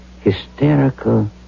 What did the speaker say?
hysterical